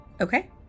okay